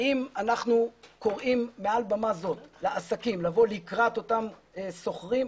האם אנחנו קוראים מעל במה זאת לעסקים לבוא לקראת אותם שוכרים?